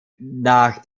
nach